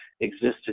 existed